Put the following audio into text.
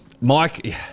Mike